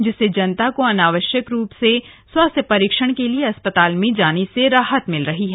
जिससे जनता को अनावश्यक रूप से स्वास्थ्य परीक्षण के लिए अस्पताल में जाने से राहत मिल रही है